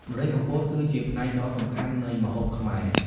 ម្រេចកំពតគឺជាផ្នែកដ៏សំខាន់នៃម្ហូបខ្មែរ។